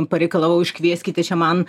pareikalavau iškvieskite čia man